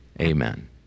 Amen